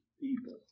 people